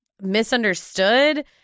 misunderstood